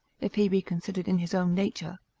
if he be considered in his own nature,